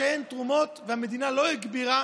כשאין תרומות והמדינה לא הגבירה,